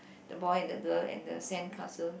the boy and the girl and the sandcastle